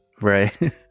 Right